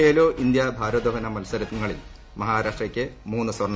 Khelo India ഭാരോദ്വഹന മത്സരങ്ങളിൽ മഹാരാഷ്ട്രയ്ക്ക് മൂന്ന് സ്വർണം